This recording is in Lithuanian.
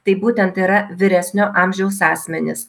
tai būtent yra vyresnio amžiaus asmenys